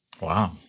Wow